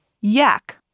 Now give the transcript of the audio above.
Yak